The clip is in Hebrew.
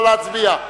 נא להצביע.